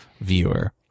viewer